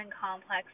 complex